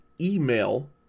Email